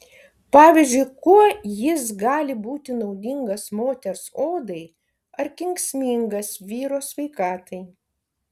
pavyzdžiui kuo jis gali būti naudingas moters odai ar kenksmingas vyro sveikatai